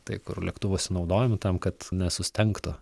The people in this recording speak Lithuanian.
tai kur lėktuvuose naudojami tam kad nesustengtų